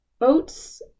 oats